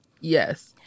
yes